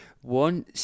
one